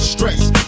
Stress